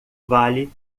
vale